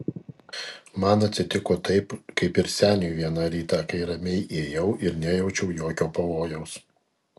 man atsitiko taip kaip ir seniui vieną rytą kai ramiai ėjau ir nejaučiau jokio pavojaus